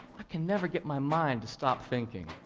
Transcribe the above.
i can never get my mind to stop thinking.